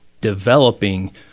developing